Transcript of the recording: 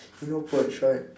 you know purge right